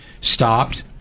stopped